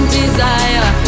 desire